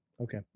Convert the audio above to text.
Okay